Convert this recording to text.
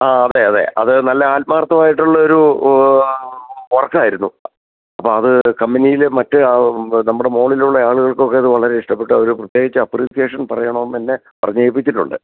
ആ അതെ അതെ അത് നല്ല ആത്മാര്ത്ഥമായിട്ടുള്ള ഒരു വർക്കായിരുന്നു അപ്പോൾ അത് കമ്പനിയിൽ മറ്റേ നമ്മുടെ മുകളിൽ ഉള്ള ആളുകള്ക്കൊക്കെ അത് വളരെ ഇഷ്ട്ടപ്പെട്ടു അവർ പ്രത്യേകിച്ച് അപ്പ്രീസിയേഷന് പറയണമെന്ന് എന്നെ പറഞ്ഞേൽപ്പിച്ചിട്ടുണ്ട്